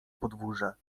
podwórze